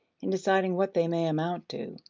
in deciding what they may amount to.